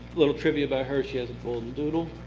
little trivia about her, she has a golden doodle.